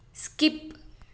skip